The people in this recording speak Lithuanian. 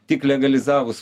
tik legalizavus